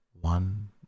one